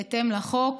בהתאם לחוק.